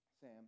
Sam